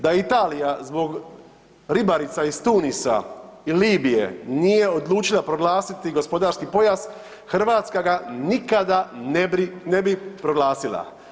Da Italija zbog ribarica iz Tunisa i Libije nije odlučila proglasiti gospodarski pojas, Hrvatska ga nikada ne bi proglasila.